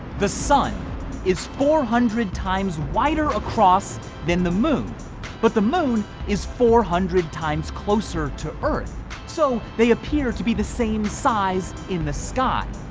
the sun is four hundred times wider across than the moon but the moon is four hundred times closer to earth so they appear to be the same size in the sky.